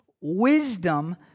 wisdom